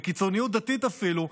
בקיצוניות דתית אפילו,